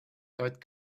tight